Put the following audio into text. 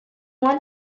want